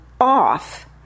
off